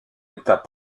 état